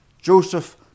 Joseph